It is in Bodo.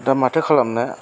दा माथो खालामनो